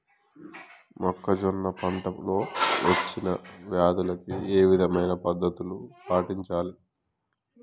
మొక్కజొన్న పంట లో వచ్చిన వ్యాధులకి ఏ విధమైన పద్ధతులు పాటించాలి?